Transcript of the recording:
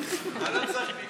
אני לא צריך מיקרופון.